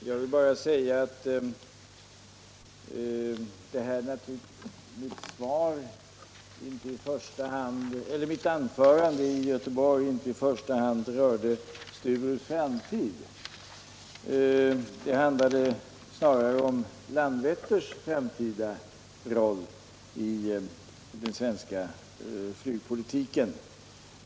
Herr talman! Jag vill bara säga att mitt anförande i Göteborg inte i första hand rörde Sturups framtid. Det handlade snarare om Landvetters framtida roll i den svenska flygpolitiken.